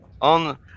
on